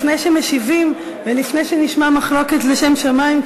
לפני שמשיבים ולפני שנשמע מחלוקת לשם שמים,